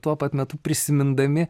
tuo pat metu prisimindami